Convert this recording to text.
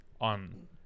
on